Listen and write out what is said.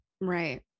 Right